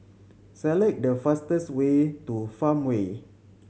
select the fastest way to Farmway